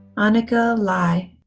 annika lai